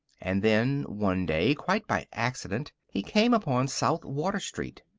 and then, one day, quite by accident, he came upon south water street.